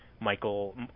Michael